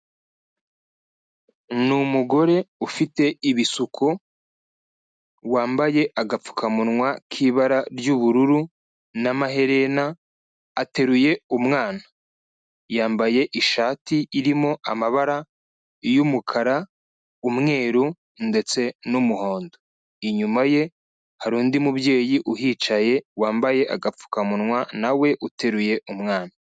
Ni umugore ufite ibisuko, wambaye agapfukamunwa k'ibara ry'ubururu n'amaherena ateruye umwana, yambaye ishati irimo amabara y'umukara, umweru ndetse n'umuhondo, inyuma ye hari undi mubyeyi uhicaye wambaye agapfukamunwa na we uteruye umwana.